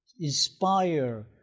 inspire